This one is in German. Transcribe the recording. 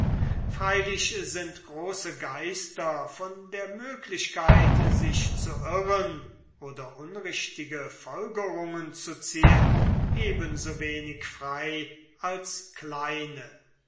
freilich sind große geister von der möglichkeit sich zu irren oder unrichtige folgerungen zu ziehen eben so wenig frei als die kleinen